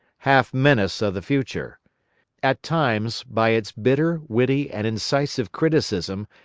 half menace of the future at times, by its bitter, witty and incisive criticism,